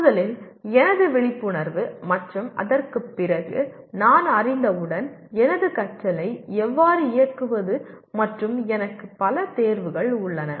முதலில் எனது விழிப்புணர்வு மற்றும் அதற்குப் பிறகு நான் அறிந்தவுடன் எனது கற்றலை எவ்வாறு இயக்குவது மற்றும் எனக்கு பல தேர்வுகள் உள்ளன